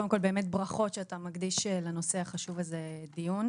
קודם כול באמת ברכות שאתה מקדיש לנושא החשוב הזה דיון.